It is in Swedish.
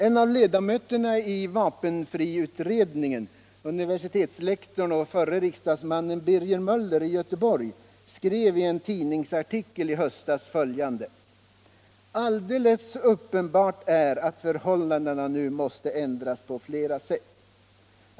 En av ledamöterna i vapenfriutredningen — universitetslektorn och förre riksdagsmannen Birger Möller, Göteborg — skrev i en tidningsartikel i höstas följande: ”Alldeles uppenbart är att förhållandena nu måste ändras på flera sätt.